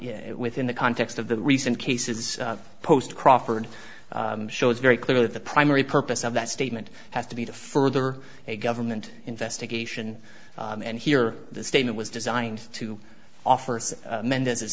within the context of the recent cases post crawford shows very clearly the primary purpose of that statement has to be to further a government investigation and here the statement was designed to offer mendez